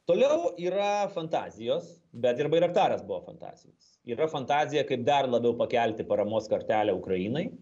toliau yra fantazijos bet ir bairaktaras buvo fantazijos yra fantazija kaip dar labiau pakelti paramos kartelę ukrainai